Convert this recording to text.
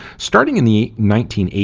starting in the nineteen eighty